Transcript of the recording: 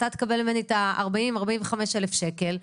אתה תקבל ממני את ה-40,000 45,000 שקל.